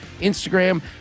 Instagram